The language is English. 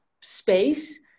space